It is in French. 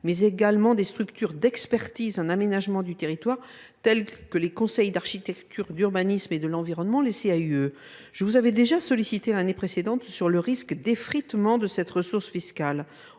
mais également des structures d’expertise en aménagement du territoire telles que les conseils d’architecture, d’urbanisme et de l’environnement (CAUE). J’avais déjà posé une question, l’année dernière, sur le risque d’effritement de cette ressource fiscale.